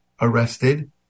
arrested